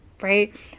right